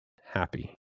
happy